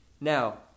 Now